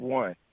one